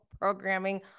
programming